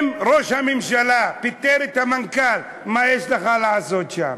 אם ראש הממשלה פיטר את המנכ"ל, מה יש לך לעשות שם?